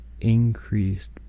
increased